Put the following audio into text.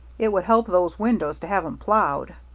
it would help those windows to have'em ploughed.